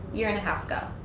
year and a half ago.